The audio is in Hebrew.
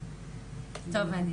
אני